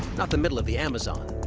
not the middle of the amazon.